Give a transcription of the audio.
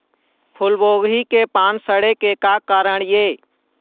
फूलगोभी के पान सड़े के का कारण ये?